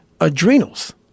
adrenals